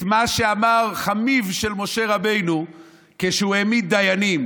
את מה שאמר חמיו של משה רבנו כשהוא העמיד דיינים